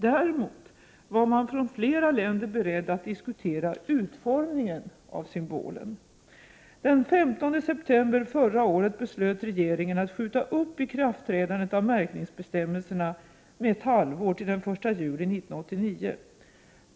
Däremot var man från flera länder beredd att diskutera utformningen av symbolen. Den 15 september förra året beslöt regeringen att skjuta upp ikraftträdandet av märkningsbestämmelserna med ett halvår till den 1 juli 1989.